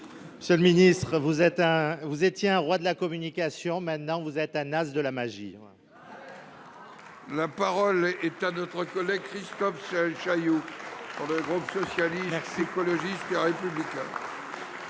Monsieur le ministre, vous étiez un roi de la communication : vous êtes désormais un as de la magie ! La parole est à M. Christophe Chaillou, pour le groupe Socialiste, Écologiste et Républicain.